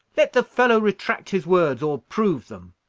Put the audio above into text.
let the fellow retract his words, or prove them.